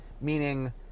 meaning